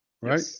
right